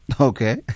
Okay